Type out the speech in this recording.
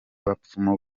bapfumu